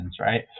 Right